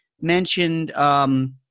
mentioned –